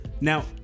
Now